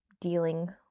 dealing